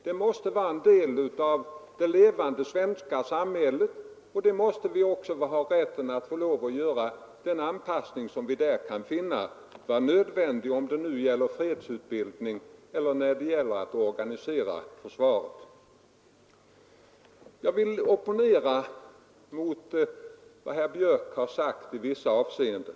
Det måste vara en del av det levande svenska samhället, och då måste vi också ha rätt att göra den anpassning som vi finner nödvändig, vare sig det nu gäller fredsutbildning eller att organisera försvaret. Jag vill opponera mot en del av vad herr Björck i Nässjö sade.